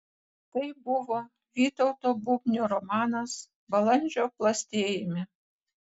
tai buvo vytauto bubnio romanas balandžio plastėjime